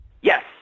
Yes